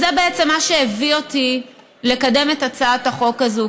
זה בעצם מה שהביא אותי לקדם את הצעת החוק הזו,